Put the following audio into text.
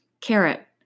carrot